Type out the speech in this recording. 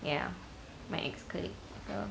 ya my ex-colleague